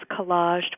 collaged